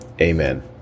Amen